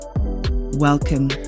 Welcome